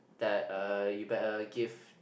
the uh a gift